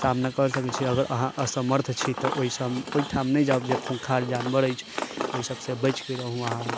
सामना करि सकैत छी अगर अहाँ असमर्थ छी तऽ ओहिठाम ओहिठाम नहि जाउ जे खूँखार जानवर अछि ओहिसभसँ बचिके रहू अहाँ